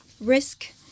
risk